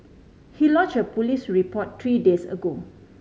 he lodge a police report three days ago